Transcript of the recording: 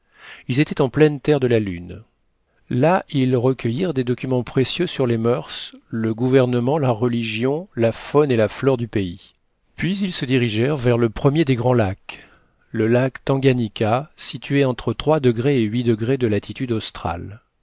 ils étaient en pleine terre de la lune là ils recueillirent des documents précieux sur les murs le gouvernement la religion la faune et la flore du pays puis ils se dirigèrent vers le premier des grands lacs le tanganayika situé entre et de latitude australe